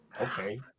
Okay